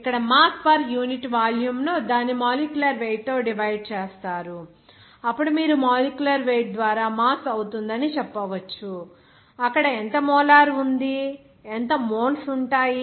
ఇక్కడ mass per unit volume ను దాని మాలిక్యులర్ వెయిట్ తో డివైడ్ చేస్తారు అప్పుడు మీరు మాలిక్యులర్ వెయిట్ ద్వారా మాస్ అవుతుందని చెప్పవచ్చు అక్కడ ఎంత మోలార్ ఉంది ఎంత మోల్స్ ఉంటాయి